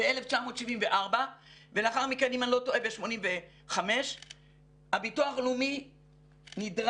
ב-1974 ולאחר מכן אם אני לא טועה ב-1985 הביטוח הלאומי נדרש